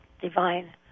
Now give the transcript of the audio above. divine